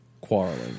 quarreling